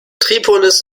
tripolis